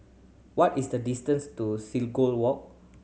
what is the distance to Seagull Walk